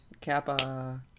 Kappa